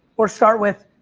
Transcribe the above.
or start with,